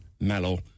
Mallow